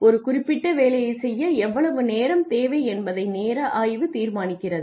ஒரு குறிப்பிட்ட வேலையைச் செய்ய எவ்வளவு நேரம் தேவை என்பதை நேர ஆய்வு தீர்மானிக்கிறது